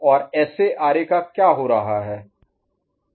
और SA RA का क्या हो रहा है